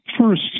first